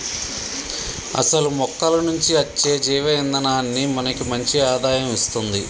అసలు మొక్కల నుంచి అచ్చే జీవ ఇందనాన్ని మనకి మంచి ఆదాయం ఇస్తుంది